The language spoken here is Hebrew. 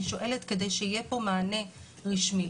אני שואלת כדי שיהיה פה מענה רשמי.